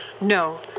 No